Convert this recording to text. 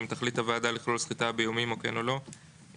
אם תחליט הוועדה לכלול סחיטה באיומים או כן או לא,